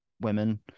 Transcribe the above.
women